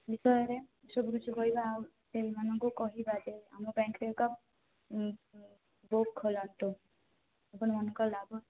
ବିଷୟରେ ସବୁ କିଛି କହିବା ଆଉ ସେମାନଙ୍କୁ କହିବା ଯେ ଆମ ବ୍ୟାଙ୍କ୍ ରେ ଏକ ବୁକ୍ ଖୋଲନ୍ତୁ ସେମାନଙ୍କର ଲାଭ କ୍ଷତି